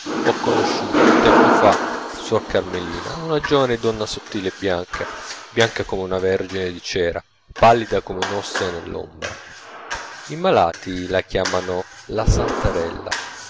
ho conosciuto tempo fa suor carmelina una giovane donna sottile e bianca bianca come una vergine di cera pallida come un'ostia nell'ombra i malati la chiamavano la santarella